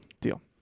deal